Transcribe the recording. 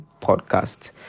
podcast